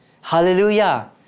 Hallelujah